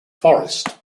forest